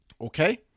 Okay